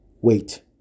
Wait